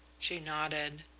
she nodded.